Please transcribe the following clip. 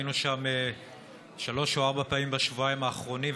היינו שם שלוש או ארבע פעמים בשבועיים האחרונים,